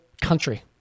country